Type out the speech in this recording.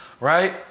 right